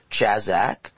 Chazak